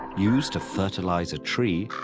used to fertilize a tree,